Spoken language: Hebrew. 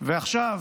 ועכשיו